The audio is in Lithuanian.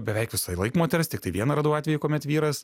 beveik visąlaik moters tiktai vieną radau atvejį kuomet vyras